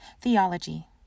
Theology